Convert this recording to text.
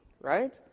right